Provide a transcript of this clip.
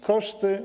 Koszty.